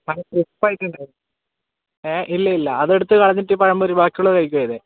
നല്ല ക്രിസ്പ്പായിട്ടുണ്ട് ഏ ഇല്ല ഇല്ല അതെടുത്തു കളഞ്ഞിട്ട് പഴമ്പൊരി ബാക്കിയുള്ളത് കഴിക്കുകയാണ് ചെയ്തത്